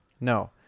No